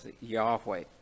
Yahweh